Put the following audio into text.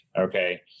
okay